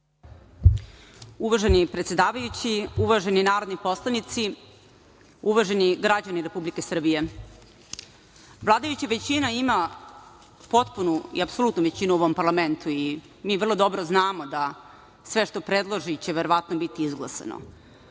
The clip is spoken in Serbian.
Uvaženi predsedavajući, uvaženi narodni poslanici, uvaženi građani Republike Srbije, vladajuća većina ima potpunu i apsolutnu većinu u ovom parlamentu i mi vrlo dobro znamo da sve što predloži da će verovatno biti izglasano,